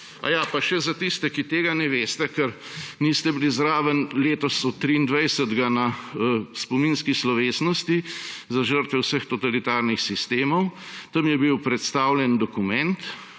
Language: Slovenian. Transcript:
Aja, pa še za tiste, ki tega ne veste, ker niste bili zraven, letos so 23. na spominski slovesnosti za žrtve vseh totalitarnih sistemov, tam je bil predstavljen dokument,